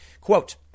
Quote